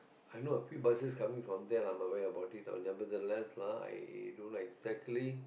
I know a few buses coming from there lah but where about it I nevertheless i don't know exactly